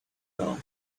now